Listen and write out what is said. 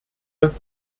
das